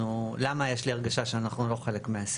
מרגישים או יותר נכון למה יש לי הרגשה שאנחנו לא חלק מהשיח.